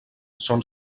són